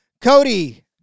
Cody